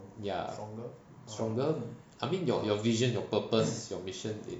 ya stronger I mean your vision your purpose your mission is